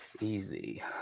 Easy